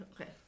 Okay